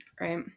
right